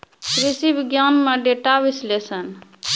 कृषि विज्ञान में डेटा विश्लेषण